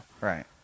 Right